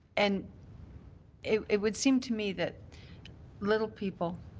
and it it would seem to me that little people,